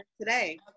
today